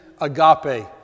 Agape